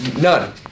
None